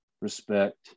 respect